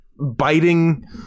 biting